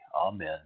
Amen